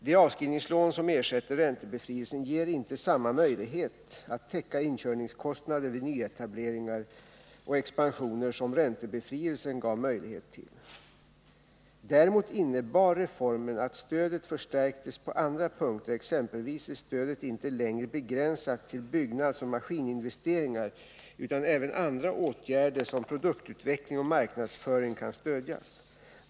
De avskrivningslån som ersätter räntebefrielsen ger inte samma möjlighet att täcka inkörningskostnader vid nyetableringar och expansioner som räntebefrielsen gav. Däremot innebar reformen att stödet förstärktes på andra punkter. Exempelvis är stödet inte längre begränsat till byggnadsoch maskininvesteringar, utan även andra åtgärder, som produktutveckling och marknadsföring, kan stödjas.